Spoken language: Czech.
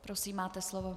Prosím, máte slovo.